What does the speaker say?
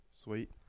Sweet